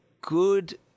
good